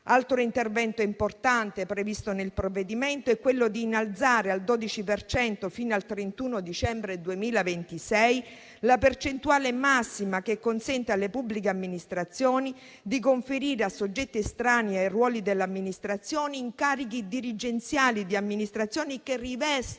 Altro intervento importante previsto nel provvedimento è quello di innalzare al 12 per cento, fino al 31 dicembre 2026, la percentuale massima che consente alle pubbliche amministrazioni di conferire, a soggetti estranei ai ruoli dell'amministrazione, incarichi dirigenziali in amministrazioni che rivestono